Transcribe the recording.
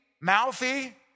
Mouthy